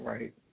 Right